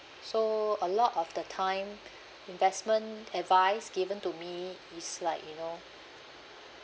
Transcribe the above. so a lot of the time investment advice given to me is like you know